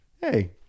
Hey